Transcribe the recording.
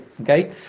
Okay